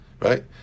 Right